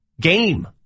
game